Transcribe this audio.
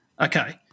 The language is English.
Okay